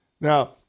Now